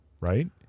Right